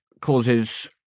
causes